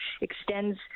extends